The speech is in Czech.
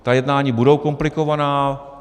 Ta jednání budou komplikovaná.